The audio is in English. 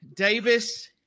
Davis